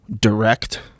direct